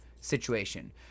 situation